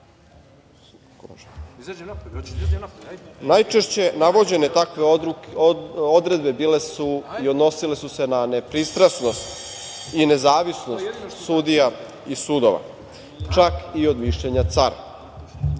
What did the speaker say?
Najčešće navođene takve odredbe bile su i odnosile su se na nepristrasnost i nezavisnost sudija i sudova, čak i od mišljenja cara. Drugi